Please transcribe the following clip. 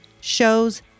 shows